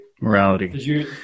Morality